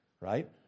right